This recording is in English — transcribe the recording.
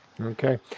Okay